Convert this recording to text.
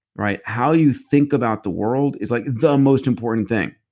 right? how you think about the world is like the most important thing.